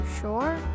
sure